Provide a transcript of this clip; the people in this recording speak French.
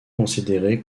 considérée